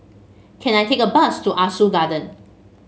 can I take a bus to Ah Soo Garden